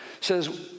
says